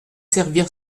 servir